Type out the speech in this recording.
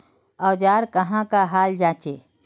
औजार कहाँ का हाल जांचें?